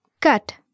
Cut